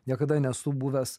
niekada nesu buvęs